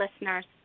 listeners